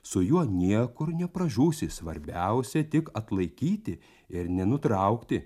su juo niekur nepražūsi svarbiausia tik atlaikyti ir nenutraukti